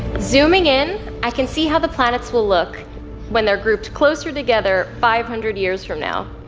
zooming in i can see how the planets will look when they're grouped closer together five hundred years from now.